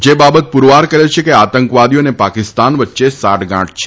જે બાબત પુરવાર કરે છે કે આતંકવાદીઓ અને પાકિસ્તાન વચ્ચે સાંઠગાઠ છે